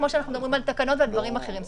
כמו שאנחנו מדברים על תקנות ודברים אחרים.